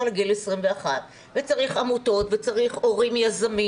לגיל 21 וצריך עמותות וצריך הורים יזמים